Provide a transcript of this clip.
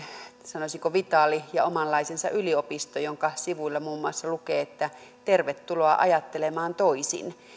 sanoisinko vitaali ja omanlaisensa yliopisto jonka sivuilla muun muassa lukee että tervetuloa ajattelemaan toisin